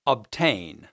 Obtain